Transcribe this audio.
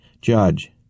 Judge